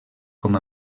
com